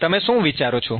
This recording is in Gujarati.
તમે શું વિચારો છો